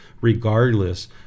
regardless